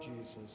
Jesus